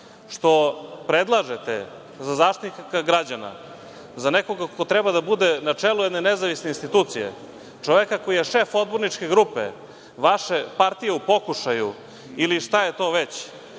što predlažete za Zaštitnika građana, za nekoga ko treba da bude na čelu jedne nezavisne institucije, čoveka koji je šef odborničke grupe vaše partije u pokušaju ili šta je to već,